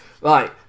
Right